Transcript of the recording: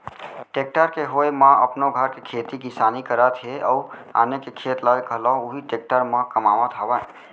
tractor के होय म अपनो घर के खेती किसानी करत हें अउ आने के खेत ल घलौ उही टेक्टर म कमावत हावयँ